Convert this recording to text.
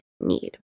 need